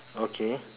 okay